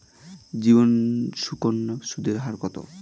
জীবন সুকন্যা সুদের হার কত?